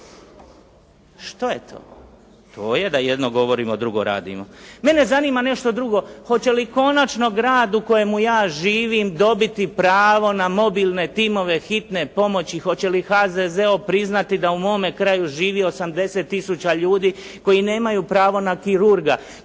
Što je to? To je da jedno govorimo, a drugo radimo. Mene zanima nešto drugo. Hoće li konačno grad u kojemu ja živim dobiti pravo na mobilne timove hitne pomoći? Hoće li HZZO priznati da u mome kraju živi 80 tisuća ljudi koji nemaju pravo na kirurga,